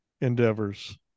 endeavors